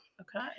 Okay